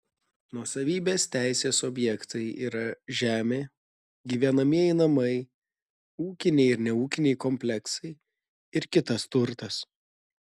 nuosavybės teisės objektai yra žemė gyvenamieji namai ūkiniai ir neūkiniai kompleksai ir kitas turtas